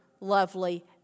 lovely